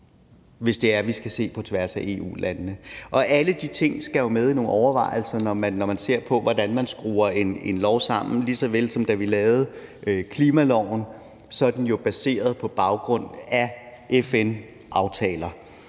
hvis vi skal se på tværs af EU-landene? Og alle de ting skal jo med i overvejelserne, når man ser på, hvordan man skruer en lov sammen, ligesom klimaloven jo er baseret på FN-aftaler.